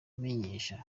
ababyifuza